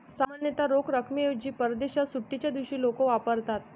सामान्यतः रोख रकमेऐवजी परदेशात सुट्टीच्या दिवशी लोक वापरतात